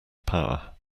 power